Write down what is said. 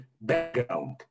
background